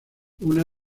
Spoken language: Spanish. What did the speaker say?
una